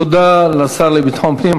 תודה לשר לביטחון פנים.